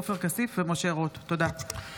עופר כסיף ומשה רוט בנושא: הסיכון לסביבה